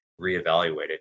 reevaluated